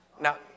Now